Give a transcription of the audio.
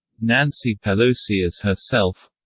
nancy pelosi as herself